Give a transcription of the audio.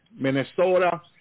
Minnesota